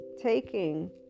taking